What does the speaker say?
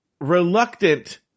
reluctant